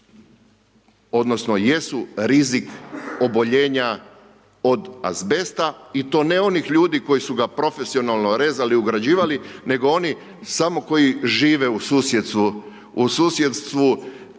odnosno jesu rizik oboljenja od azbesta i to ne onih ljudi koji su ga profesionalno rezali, ugrađivali nego oni samo koji žive u susjedstvu sa